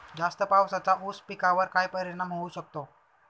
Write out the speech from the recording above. जास्त पावसाचा ऊस पिकावर काय परिणाम होऊ शकतो?